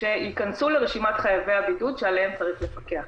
שייכנסו לרשימת חייבי הבידוד שעליהם צריך לפקח.